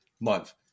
month